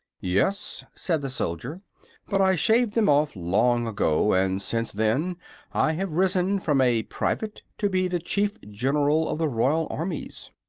yes, said the soldier but i shaved them off long ago, and since then i have risen from a private to be the chief general of the royal armies.